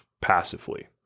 passively